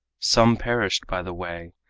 some perished by the way,